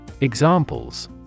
Examples